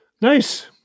Nice